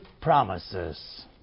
promises